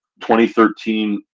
2013